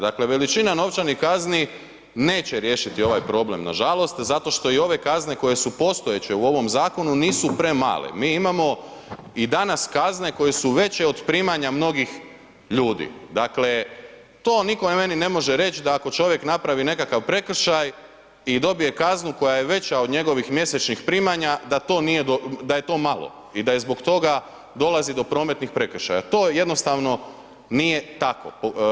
Dakle, veličina novčanih kazni neće riješiti ovaj problem nažalost zato što i ove kazne koje su postojeće u ovom zakonu nisu premale, mi imamo i danas kazne koje su veće od primanja mnogih ljudi, dakle, to nitko meni ne može reć da ako čovjek napravi nekakav prekršaj i dobije kaznu koja je veća od njegovih mjesečnih primanja, da je to malo i da zbog toga dolazi do prometnih prekršaja, to jednostavno nije tako.